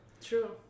true